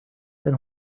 then